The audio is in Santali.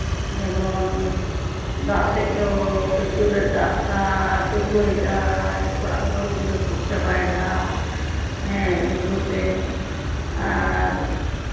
ᱡᱮᱢᱚᱱ ᱫᱟᱜ ᱥᱮᱡᱽᱫᱚ ᱯᱨᱚᱪᱩᱨᱮ ᱫᱟᱜ ᱮᱫᱟ ᱰᱩᱵᱟᱹ ᱮᱫᱟᱭ ᱚᱲᱟᱜ ᱫᱩᱣᱟᱹᱨ ᱠᱚᱭ ᱨᱟᱹᱯᱩᱫ ᱪᱟᱵᱟᱭᱮᱫᱟ ᱦᱮᱸ ᱰᱩᱵᱟᱹ ᱛᱮ ᱟᱨ